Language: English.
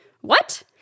What